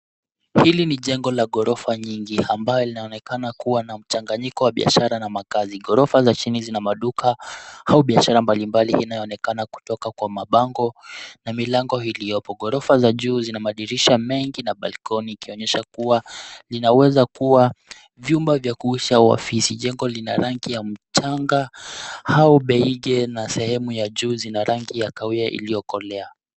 Hili ni jengo la gorofa nyingi ambayo linaonekana kuwa na mchanganyiko wa biashara na makazi. Gorofa za chini zina maduka au biashara mbalimbali inayoonekana kutoka kwa mabango na milango iliyopo. Gorofa za juu zina madirisha mengi na balcony ikionyesha kuwa linaweza kuwa vyumba vya kuishi au ofisi. Jengo lina rangi ya mchanga au beige na sehemu ya juu zina rangi ya kahawia iliyokolea.